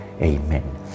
Amen